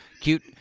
cute